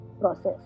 process